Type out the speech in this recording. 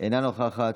אינו נוכח,